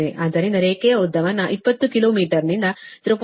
ಆದ್ದರಿಂದ ರೇಖೆಯ ಉದ್ದವನ್ನು 20 ಕಿಲೋಮೀಟರ್ನಿಂದ 0